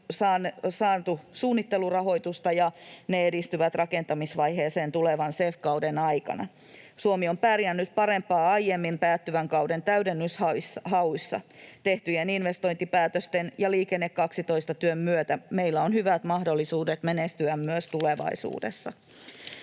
saanut suunnittelurahoitusta, ja ne edistyvät rakentamisvaiheeseen tulevan CEF-kauden aikana. Suomi on pärjännyt aiempaa paremmin päättyvän kauden täydennyshauissa. Tehtyjen investointipäätösten ja Liikenne 12 ‑työn myötä meillä on hyvät mahdollisuudet menestyä myös tulevaisuudessa.